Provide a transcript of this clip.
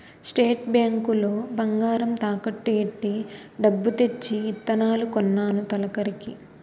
state bank లో బంగారం తాకట్టు ఎట్టి డబ్బు తెచ్చి ఇత్తనాలు కొన్నాను తొలకరికి